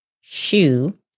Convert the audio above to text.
shoe